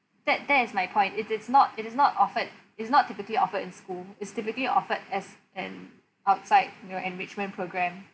that that is my point if it's not it is not offered is not typically offered in school is typically offered as an outside your enrichment programme